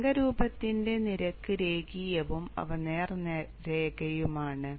തരംഗ രൂപത്തിൻറെ നിരക്ക് രേഖീയവും അവ നേർരേഖയുമാണ്